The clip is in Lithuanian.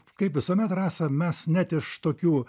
kaip visuomet rasa mes net iš tokių